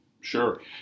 Sure